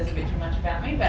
bit too much about me,